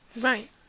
right